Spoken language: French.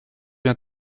bien